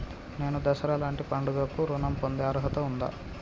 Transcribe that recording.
నేను దసరా లాంటి పండుగ కు ఋణం పొందే అర్హత ఉందా?